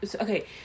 Okay